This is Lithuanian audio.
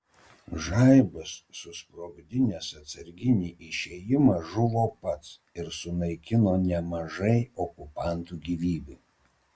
žaibas susprogdinęs atsarginį išėjimą žuvo pats ir sunaikino nemažai okupantų gyvybių